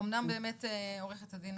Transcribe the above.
אמנם באמת עורכת הדין